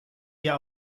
ihr